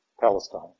Palestine